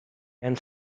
and